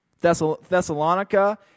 Thessalonica